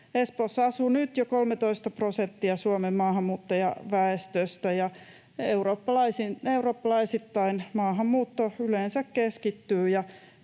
Espoossa asuu nyt jo 13 prosenttia Suomen maahanmuuttajaväestöstä, ja eurooppalaisittain maahanmuutto yleensä keskittyy